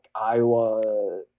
Iowa